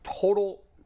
total